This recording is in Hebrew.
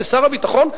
ושר הביטחון,